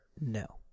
No